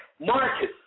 Marcus